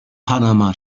panama